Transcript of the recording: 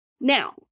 now